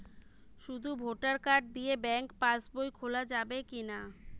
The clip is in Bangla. শুধু ভোটার কার্ড দিয়ে ব্যাঙ্ক পাশ বই খোলা যাবে কিনা?